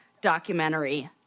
documentary